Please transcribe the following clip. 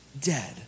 dead